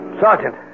Sergeant